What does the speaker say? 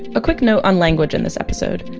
a quick note on language in this episode.